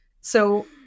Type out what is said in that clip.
So-